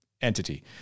entity